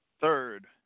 third